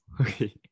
okay